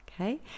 okay